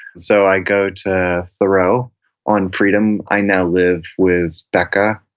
so i go to thoreau on freedom. i now live with becca.